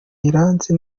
iranzi